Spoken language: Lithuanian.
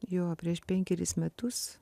jo prieš penkerius metus